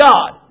God